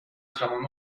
تمام